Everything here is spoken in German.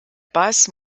bass